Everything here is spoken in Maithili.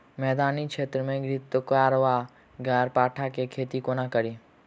मैदानी क्षेत्र मे घृतक्वाइर वा ग्यारपाठा केँ खेती कोना कड़ी?